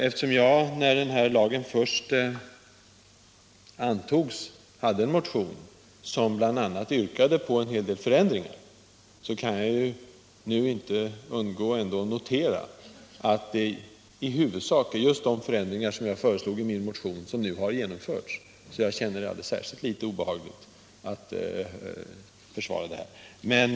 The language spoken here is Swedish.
Eftersom jag, när denna lag först antogs, väckte en motion som yrkade på en del förändringar, kan jag nu inte undgå att notera att det i huvudsak är sådana förändringar som jag föreslog i min motion, som nu har genomförts. Därför känner jag det inte särskilt obehagligt att försvara det här förslaget.